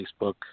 Facebook